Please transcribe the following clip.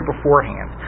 Beforehand